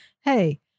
Hey